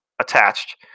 attached